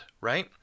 right